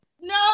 no